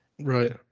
Right